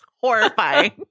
horrifying